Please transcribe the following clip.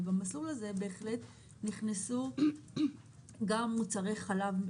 למסלול הזה נכנסו גם מוצרי חלב.